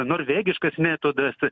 norvegiškas metodas